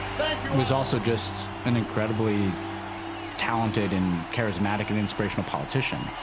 was also just an incredibly talented and charismatic and inspirational politician.